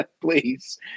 please